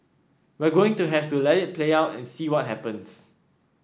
we're going to have to let it play out and see what happens